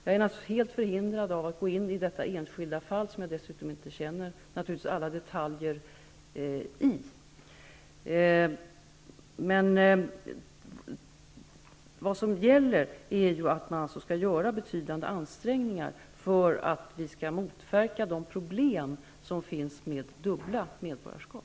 Jag är naturligtvis helt förhindrad att gå in i detta enskilda fall, som jag dessutom inte känner alla detaljer i. Vad som emellertid gäller är att betydande ansträngningar skall göras för att motverka de problem som följer med dubbla medborgarskap.